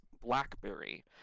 BlackBerry